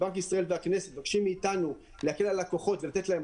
בנק ישראל והכנסת מבקשים מאתנו להקל על הלקוחות ולתת להם